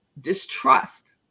distrust